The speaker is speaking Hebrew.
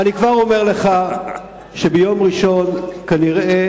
ואני כבר אומר לך שב-1 בינואר כנראה